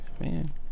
man